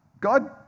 God